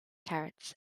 carrots